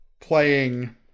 playing